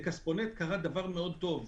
לכספונט קרה משהו מאוד טוב: